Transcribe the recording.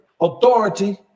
authority